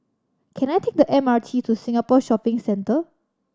can I take the M R T to Singapore Shopping Centre